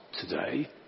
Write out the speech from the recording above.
today